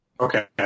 okay